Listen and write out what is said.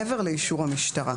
מעבר לאיסור המשטרה.